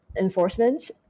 enforcement